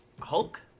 Hulk